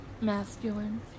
masculine